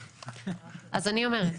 אז אני אומרת,